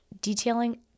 detailing